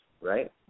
right